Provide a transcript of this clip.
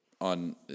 on